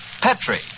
Petri